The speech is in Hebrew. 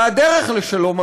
והדרך לשלום,